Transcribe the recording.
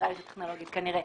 בניטרליות הטכנולוגית כנראה,